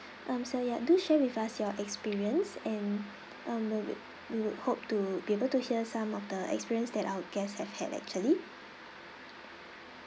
um so ya do share with us your experience and um we wil~ we would hope to be able to hear some of the experience that our guests have had actually